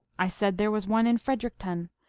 i said there was one in fredericton,